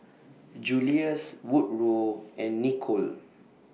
Julius Woodrow and Nicolle